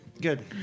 Good